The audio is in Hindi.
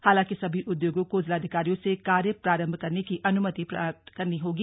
हालांकि सभी उदयोगों को जिलाधिकारियों से कार्य प्रारम्भ करने की अनुमति प्राप्त करनी होगी